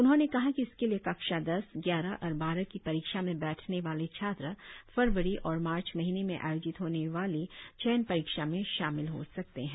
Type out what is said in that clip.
उन्होंने कहा कि इसके लिए कक्षा दस ग्यारह और बारह की परीक्षा में बैठने वाले छात्र फरवरी और मार्च महीने में आयोजित होने वाली चयन परीक्षा में शामिल हो सकते है